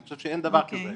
אני חושב שאין דבר כזה היום.